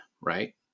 right